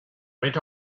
went